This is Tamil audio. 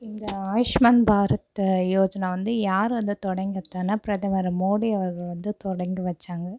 இந்த ஆயுஷ்மான் பாரத் யோஜனா வந்து யார் வந்து தொடங்கி வச்சான்னா பிரதமர் மோடி அவர்கள் வந்து தொடங்கி வச்சாங்க